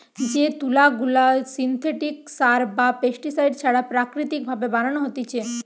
যে তুলা গুলা সিনথেটিক সার বা পেস্টিসাইড ছাড়া প্রাকৃতিক ভাবে বানানো হতিছে